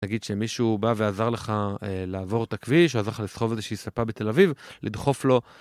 נגיד שמישהו בא ועזר לך לעבור את הכביש, עזר לך לסחוב איזושהי ספה בתל אביב, לדחוף לו.